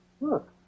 Look